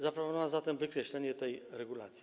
Zaproponowano zatem wykreślenie tej regulacji.